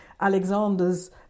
Alexander's